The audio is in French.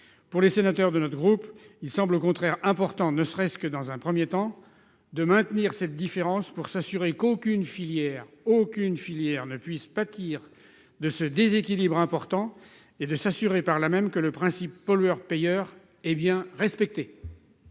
pour les sénateurs de notre groupe, il semble important, ne serait-ce que dans un premier temps, de maintenir cette différence pour s'assurer qu'aucune filière ne puisse pâtir de ce déséquilibre important et pour être certain, par là même, que le principe pollueur-payeur est bien respecté.